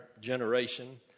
generation